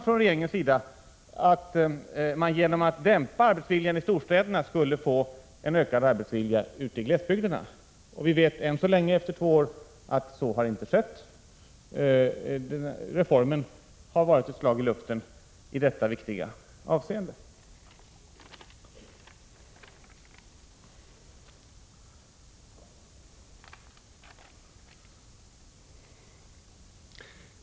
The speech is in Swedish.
Regeringen hoppades att man genom att dämpa arbetsviljan i storstäderna skulle få en ökad arbetsvilja i glesbygden. Vi vet nu efter två år att så inte skett. Reformen har varit ett slag i luften i detta viktiga avseende.